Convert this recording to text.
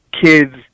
kids